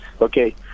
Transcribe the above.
okay